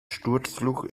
sturzflug